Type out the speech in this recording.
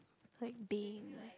like being